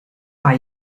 bei